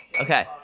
Okay